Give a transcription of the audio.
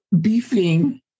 beefing